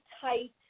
tight